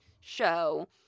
show